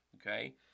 okay